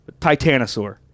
Titanosaur